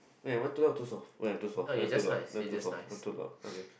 am I too loud too soft wait I am too soft wait I am too loud I am too soft I am too loud okay